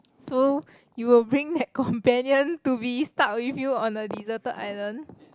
so you will bring that companion to be stuck with you on a deserted island